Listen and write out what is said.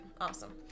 awesome